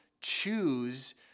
choose